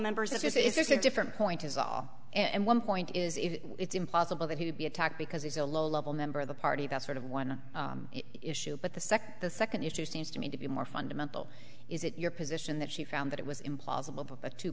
members this is a different point as well and one point is if it's impossible that he would be attacked because he's a low level member of the party that sort of one issue but the second the second issue seems to me to be more fundamental is it your position that she found that it was implausible but t